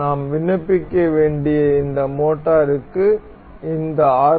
நாம் விண்ணப்பிக்க வேண்டிய இந்த மோட்டருக்கு இந்த ஆர்